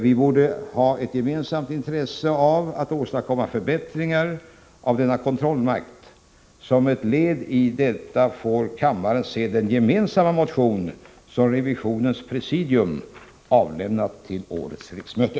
Vi borde ha ett gemensamt intresse av att åstadkomma förbättringar av denna kontrollmakt, och som ett led i det får kammaren se den gemensamma motion som revisionens presidium har avlämnat till årets riksmöte.